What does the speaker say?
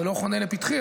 זה לא חונה לפתחי,